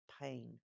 pain